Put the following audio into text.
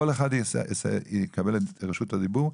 כל אחד יקבל את רשות הדיבור,